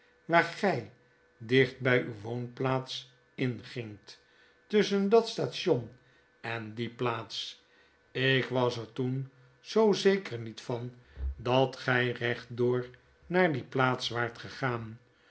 waar gy dicht by uw woonplaats ingingt tusschen dat station en die plaats ik was er toen zoo zeker niet van dat gij recht door naar die plaats waart gegaan